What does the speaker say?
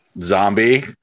Zombie